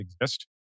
exist